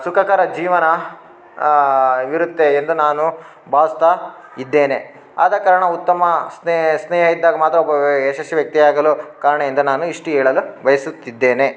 ಆ ಸುಖಕರ ಜೀವನ ಇರುತ್ತೆ ಎಂದು ನಾನು ಭಾವ್ಸ್ತಾ ಇದ್ದೇನೆ ಆದ ಕಾರಣ ಉತ್ತಮ ಸ್ನೇಹ ಇದ್ದಾಗ ಮಾತ್ರ ಒಬ್ಬ ವೇ ಯಶಸ್ವಿ ವ್ಯಕ್ತಿ ಆಗಲು ಕಾರಣ ಎಂದು ನಾನು ಇಷ್ಟು ಹೇಳಲು ಬಯಸುತ್ತಿದ್ದೇನೆ